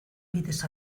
bidez